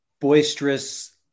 boisterous